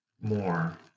more